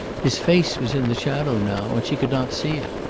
his face was in the shadow now and she could not see it.